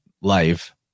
life